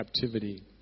captivity